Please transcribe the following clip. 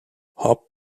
hop